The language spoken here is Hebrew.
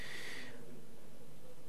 ואסיים בסיפור בעניין הזה,